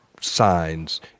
signs